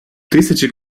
тисячі